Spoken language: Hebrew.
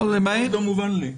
לא מובן לי.